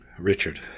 Richard